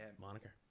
moniker